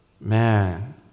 man